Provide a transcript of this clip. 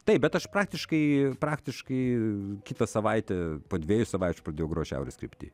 taip bet aš praktiškai praktiškai kitą savaitę po dviejų savaičių pradėjau grot šiaurės krypty